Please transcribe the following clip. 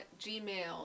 gmail